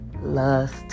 lust